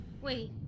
Wait